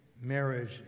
marriage